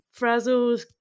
frazzles